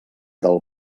del